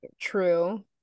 true